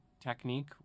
technique